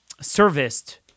serviced